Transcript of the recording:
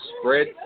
spread